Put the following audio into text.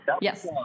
Yes